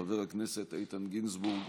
חבר הכנסת איתן גינזבורג,